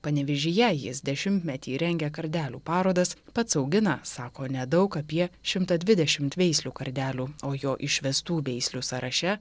panevėžyje jis dešimtmetį rengia kardelių parodas pats augina sako nedaug apie šimtą dvidešimt veislių kardelių o jo išvestų veislių sąraše